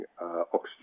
oxygen